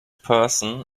person